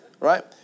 Right